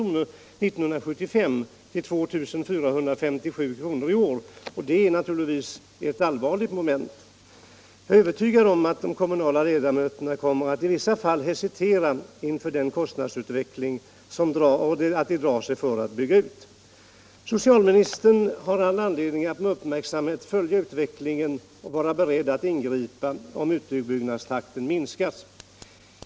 1975 till 2 457 kr. i år. Det är naturligtvis ett allvarligt moment. Jag är övertygad om att de kommunala fullmäktigeledamöterna kommer att i vissa fall hesitera inför denna kostnadsutveckling och dra sig för att bygga ut. Socialministern har all anledning att med uppmärksamhet följa utvecklingen och vara beredd att ingripa, om utbyggnadstakten minskas.